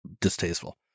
distasteful